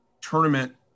tournament